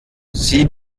sie